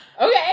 Okay